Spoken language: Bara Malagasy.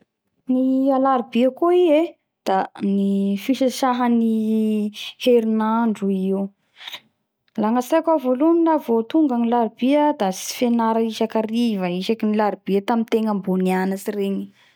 Ny alarobia koa i e da ny fisasahany ny herinandro i io la gnatsaiko ao voalohany la tonga ny alarobia da tsy fenara isakariva isaky alarobia tamy tegna mbo niantsy regny